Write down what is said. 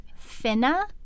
Finna